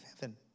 heaven